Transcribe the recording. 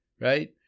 right